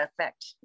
affect